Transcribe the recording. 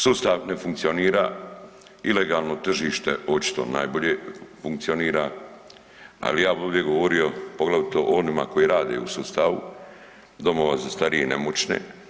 Sustav ne funkcionira, ilegalno tržište očito najbolje funkcionira, a ja bi ovdje govorio poglavito o onima koji rade u sustavu domova za starije i nemoćne.